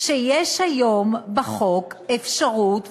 יש היום בחוק אפשרות,